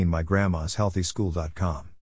MyGrandma'sHealthySchool.com